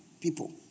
people